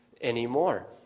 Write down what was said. anymore